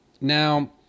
Now